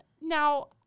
now